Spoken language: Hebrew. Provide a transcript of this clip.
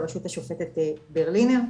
ברשות השופטת ברלינר,